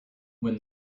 when